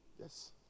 Yes